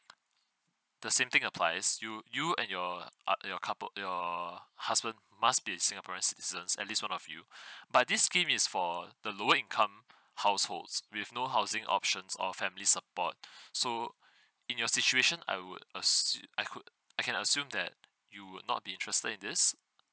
the same thing applies you you and your uh your couple your husband must be a singaporean citizens at least one of you but this scheme is for the lower income households with no housing options or family support so in your situation I would assu~ I could I can assume that you would not be interested in this